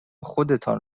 خودتان